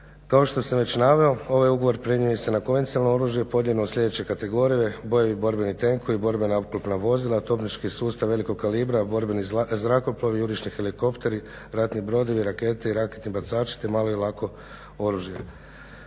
Kao što sam već naveo, ovaj ugovor primjenjuje se na konvencionalno oružje podijeljeno u sljedeće kategorije, borbeni tenkovi i borbena oklopna vozila, topnički sustav velikog kalibra, borbeni zrakoplovi, jurišni helikopteri, ratni brodovi, rakete i raketni bacači te malo i lako oružje.